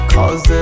Cause